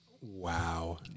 Wow